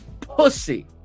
pussy